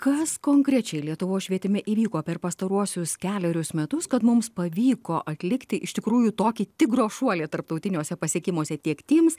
kas konkrečiai lietuvos švietime įvyko per pastaruosius kelerius metus kad mums pavyko atlikti iš tikrųjų tokį tigro šuolį tarptautiniuose pasiekimuose tiek tims